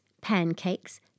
pancakes